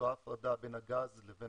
אותה הפרדה בין הגז לבין